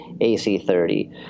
AC30